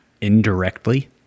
indirectly